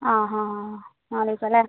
ആ ഹാ ഹാ നാല് ദിവസം അല്ലേ